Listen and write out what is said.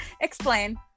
Explain